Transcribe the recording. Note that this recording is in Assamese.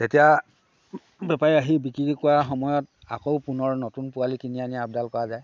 তেতিয়া বেপাৰী আহি বিক্ৰী কৰা সময়ত আকৌ পুনৰ নতুন পোৱালী কিনি আনি আপদাল কৰা যায়